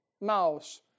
mouse